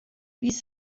bis